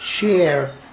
share